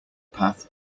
path